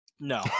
no